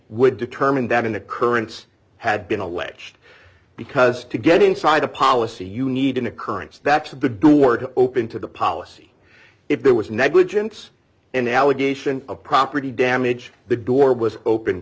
would determine that an occurrence had been alleged because to get inside a policy you need an occurrence that's the door to open to the policy if there was negligence an allegation of property damage the door was open